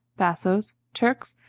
bassoes, turks,